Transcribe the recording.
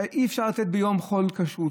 אי-אפשר לתת ביום חול כשרות.